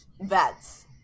vets